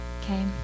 okay